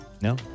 No